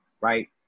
right